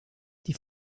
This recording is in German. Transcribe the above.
die